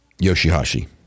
Yoshihashi